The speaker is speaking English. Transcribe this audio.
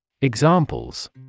Examples